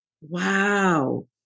wow